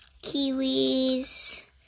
kiwis